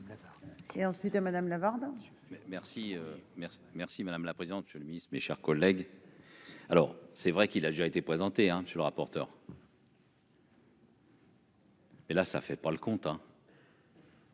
merci madame la présidente. Monsieur le Ministre, mes chers collègues. Alors c'est vrai qu'il a déjà été présenté à monsieur le rapporteur. Et là ça fait pas le compte